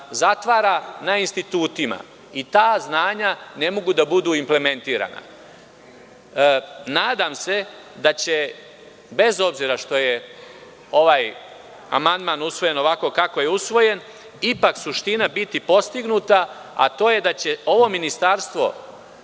zatvara na institutima i ta znanja ne mogu da budu implementirana. Nadam se da će, bez obzira što je ovaj amandmana usvojen ovako kako je usvojen, ipak suština biti postignuta, a to je da će ovo Ministarstvo